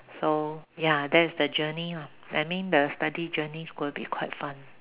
so ya that's the journey lah I mean the study journey will be quite fun